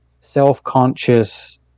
self-conscious